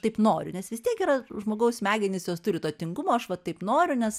taip noriu nes vis tiek yra žmogaus smegenys jos turi to tingumo aš va taip noriu nes